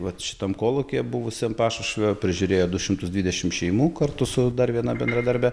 vat šitam kolūkyje buvusiam pašušvio prižiūrėjo du šimtus dvidešim šeimų kartu su dar viena bendradarbe